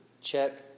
check